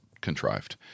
contrived